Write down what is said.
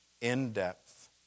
in-depth